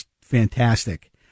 fantastic